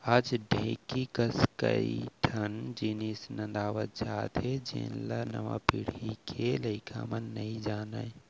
आज ढेंकी कस कई ठन जिनिस नंदावत जात हे जेन ल नवा पीढ़ी के लइका मन नइ जानयँ